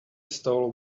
stole